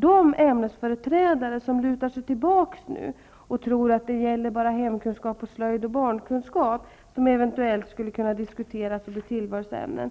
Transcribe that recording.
De ämnesföreträdare som nu lutar sig tillbaka och tror att det bara är fråga om slöjd, hemkunskap och barnkunskap som man eventuellt kan diskutera att göra till tillvalsämnen,